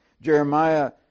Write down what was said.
Jeremiah